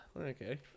Okay